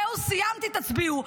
זהו, סיימתי, תצביעו.